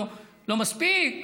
לא מספיק.